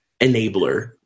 enabler